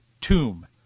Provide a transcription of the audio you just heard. tomb